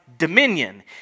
dominion